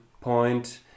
point